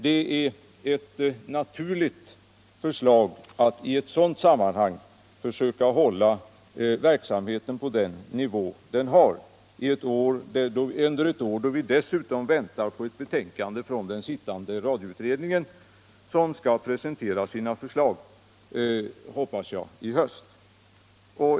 Det är naturligt i ett sådant sammanhang att försöka hålla den allmänna verksamheten på den nivå den har, särskilt under ett år då vi väntar på ett betänkande från den sittande radioutredningen, som skall presentera sina förslag i höst, hoppas jag.